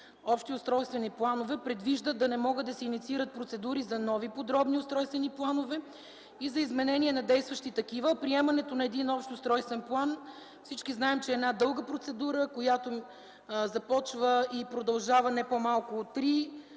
общи устройствени планове се предвижда да не могат да се инициират процедури за нови подробни устройствени планове и за изменение на действащи такива. Всички знаем, че приемането на един общ устройствен план е дълга процедура, която започва и продължава не по-малко от 3,